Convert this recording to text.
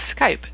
Skype